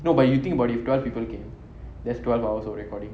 no but you think about if twelve people came there's twelve hours of recording